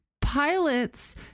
pilots